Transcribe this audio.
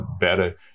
better